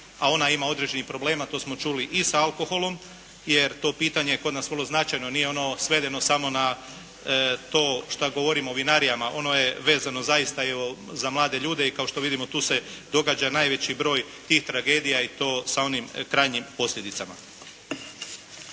a ona ima određenih problema, to smo čuli i sa alkoholom, jer to pitanje je kod nas vrlo značajno, nije ono svedeno samo na to što govorimo o vinarijama. Ono je vezano zaista za mlade ljude i kao što vidimo tu se događa najveći broj tih tragedija i to sa onim krajnjim posljedicama.